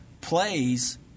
plays